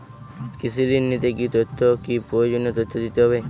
কৃষি ঋণ নিতে কি কি প্রয়োজনীয় তথ্য দিতে হবে?